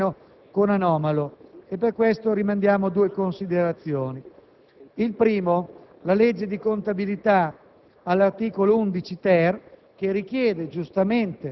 che anche dagli Uffici viene considerato quantomeno anomalo. Pertanto, rimandiamo a due considerazioni: in primo luogo, la legge di contabilità,